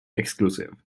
exclusive